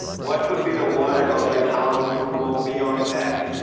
what could be the word, or like how to go beyond that?